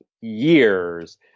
years